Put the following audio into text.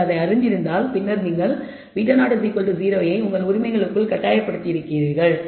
நீங்கள் அதை அறிந்திருந்தால் பின்னர் நீங்கள் β00 ஐ உங்கள் உரிமைகளுக்குள் கட்டாயப்படுத்த இருக்கிறீர்கள்